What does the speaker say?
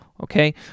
okay